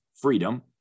freedom